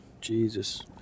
Jesus